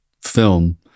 film